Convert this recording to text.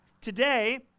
Today